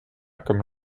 comme